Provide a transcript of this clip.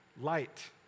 Light